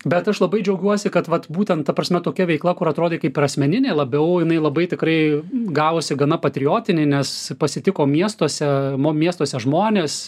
bet aš labai džiaugiuosi kad vat būtent ta prasme tokia veikla kur atrodė kaip ir asmeninė labiau jinai labai tikrai gavosi gana patriotinė nes pasitiko miestuose miestuose žmonės